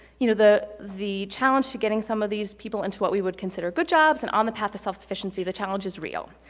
you know, the the challenge to getting some of these people into what we would consider good jobs and on the path to self-sufficiency, the challenge is real.